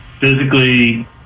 physically